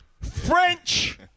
French